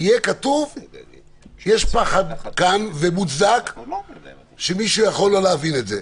כאן פחד מוצדק שמישהו יכול לא להבין את זה.